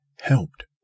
helped